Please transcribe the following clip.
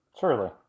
Surely